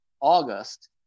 August